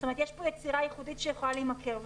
זאת אומרת, יש פה יצירה איכותית שיכולה להימכר.